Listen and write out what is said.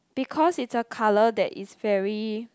because it's a colour that is very